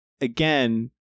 again